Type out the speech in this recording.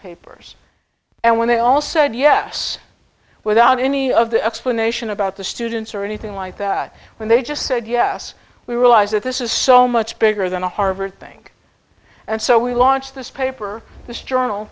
papers and when they all said yes without any of the explanation about the students or anything like that when they just said yes we realize that this is so much bigger than the harvard thing and so we launched this paper th